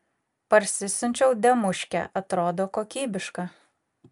parsisiunčiau demuškę atrodo kokybiška